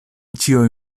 ĉiuj